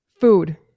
Food